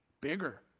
Bigger